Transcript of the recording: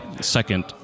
second